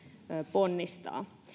ponnistaa